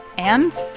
and,